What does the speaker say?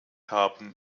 haben